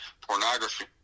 pornography